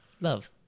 Love